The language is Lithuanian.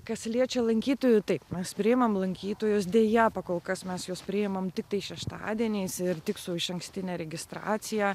kas liečia lankytojų taip mes priimam lankytojus deja kol kas mes juos priimam tiktai šeštadieniais ir tik su išankstine registracija